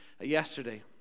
yesterday